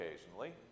occasionally